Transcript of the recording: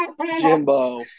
jimbo